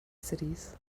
cities